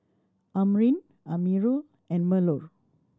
Amrin Amirul and Melur